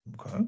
okay